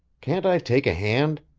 can't i take a hand?